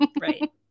Right